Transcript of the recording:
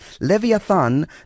Leviathan